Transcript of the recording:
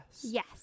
Yes